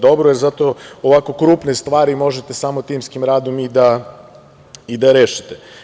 Dobro je, jer ovako krupne stvari možete samo timskim radom i da rešite.